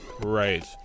Right